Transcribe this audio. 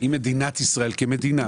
אם מדינת ישראל כמדינה,